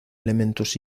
elementos